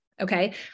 Okay